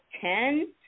ten